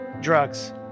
drugs